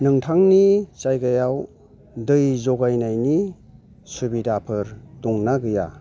नोंथांनि जायगायाव दै जगायनायनि सुबिदाफोर दं ना गैया